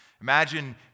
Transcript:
Imagine